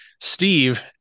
Steve